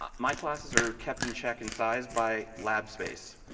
um my classes are kept in check in size by lab space.